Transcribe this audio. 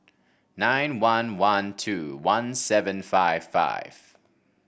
nine one one two one seven five five